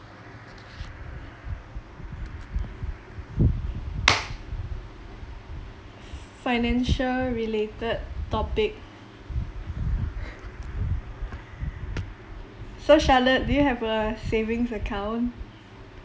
financial related topic so charlotte do you have a savings account